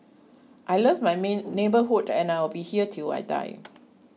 I love my neighbourhood and I will be here till I die